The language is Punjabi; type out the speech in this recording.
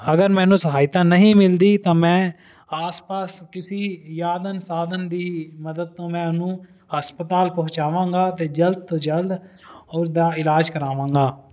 ਅਗਰ ਮੈਨੂੰ ਸਹਾਇਤਾ ਨਹੀਂ ਮਿਲਦੀ ਤਾਂ ਮੈਂ ਆਸ ਪਾਸ ਕਿਸੀ ਯਾਦਨ ਸਾਧਨ ਦੀ ਮਦਦ ਤੋਂ ਮੈਂ ਉਹਨੂੰ ਹਸਪਤਾਲ ਪਹੁੰਚਾਵਾਂਗਾ ਤੇ ਜਲਦ ਤੋਂ ਜਲਦ ਉਸਦਾ ਇਲਾਜ ਕਰਾਵਾਂਗਾ